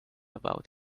about